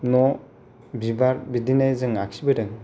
न' बिबार बिदिनो जों आखिबोदों